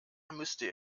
müsste